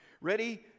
ready